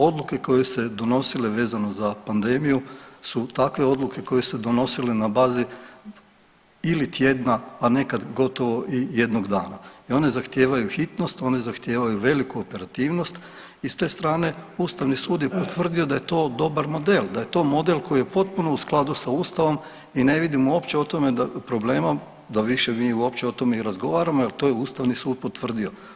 Odluke koje su se donosile vezano za pandemiju su takve odluke koje su se donosile na bazi ili tjedna, a nekad gotovo i jednog dana i one zahtijevaju hitnost, one zahtijevaju veliku operativnost i s te strane ustavni sud je potvrdio da je to dobar model, da je to model koji je potpuno u skladu sa ustavom i ne vidimo uopće u tome problema da više mi uopće o tome i razgovaramo jer to je ustavni sud potvrdio.